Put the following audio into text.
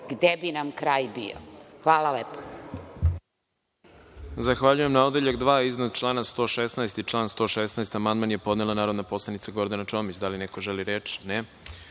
gde bi nam kraj bio. Hvala lepo.